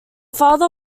father